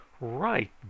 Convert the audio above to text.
Right